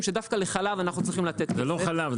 שדווקא לחלב אנחנו צריכים לתת --- זה לא חלב.